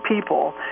people